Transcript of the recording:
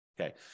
Okay